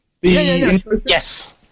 yes